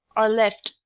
are left,